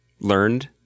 learned